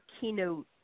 keynote